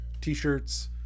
t-shirts